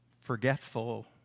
forgetful